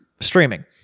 streaming